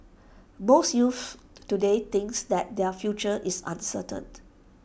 most youths today thinks that their future is uncertain